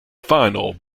final